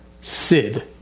Sid